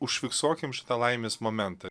užfiksuokim šitą laimės momentą